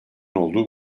olduğu